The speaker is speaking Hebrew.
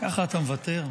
ככה אתה מוותר?